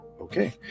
Okay